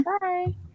Bye